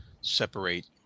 separate